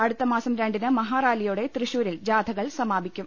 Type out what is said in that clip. അടുത്തമാസം രണ്ടിന് മഹാറാലിയോടെ തൃശൂരിൽ ജാഥകൾ സമാപിക്കും